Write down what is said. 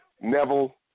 Neville